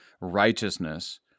righteousness